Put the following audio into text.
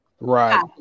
Right